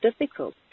difficult